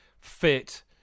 fit